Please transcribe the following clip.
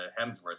Hemsworth